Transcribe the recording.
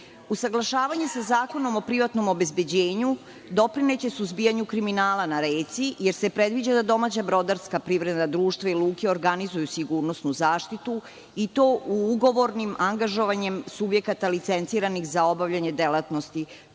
Usaglašavanje sa zakonom o privatnom obezbeđenju doprineće suzbijanju kriminala na reci jer se predviđa domaća brodarska privredna društva ili luke organizuju sigurnosnu zaštitu i to u ugovornim angažovanjem subjekata licenciranim za obavljanje delatnosti